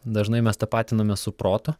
dažnai mes tapatinamės su protu